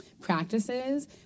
practices